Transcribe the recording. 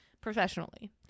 Professionally